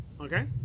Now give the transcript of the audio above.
Okay